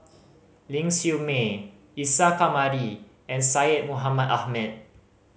Ling Siew May Isa Kamari and Syed Mohamed Ahmed